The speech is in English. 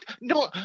No